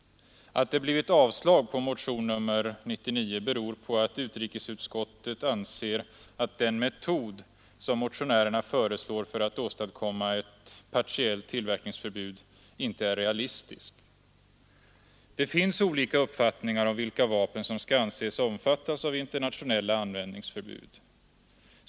Att det blivit avslag på motionen 99 beror på att utrikesutskottet anser att den metod som motionärerna föreslår för att åstadkomma ett partiellt tillverkningsförbud inte är realistisk. Det finns olika uppfattningar om vilka vapen som skall anses omfattas av internationella användningsförbud.